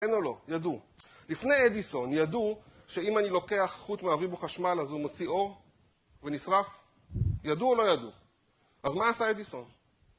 כן או לא, ידעו. לפני אדיסון, ידעו שאם אני לוקח חוט מעביר בו חשמל אז הוא מוציא אור, ונשרף? ידעו או לא ידעו? אז מה עשה אדיסון?